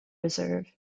reserve